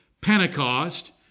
Pentecost